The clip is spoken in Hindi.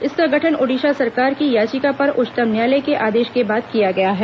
इसका गठन ओडिशा सरकार की याचिका पर उच्चतम न्यायालय के आदेश के बाद किया गया है